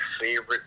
favorite